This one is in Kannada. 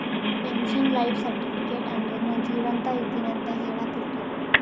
ಪೆನ್ಶನ್ ಲೈಫ್ ಸರ್ಟಿಫಿಕೇಟ್ ಅಂದುರ್ ನಾ ಜೀವಂತ ಇದ್ದಿನ್ ಅಂತ ಹೆಳಾಕ್ ಇರ್ತುದ್